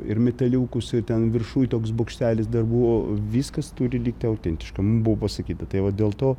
ir metaliukus ir ten viršuj toks bokštelis dar buvo viskas turi likti autentiška mum buvo pasakyta tai va dėl to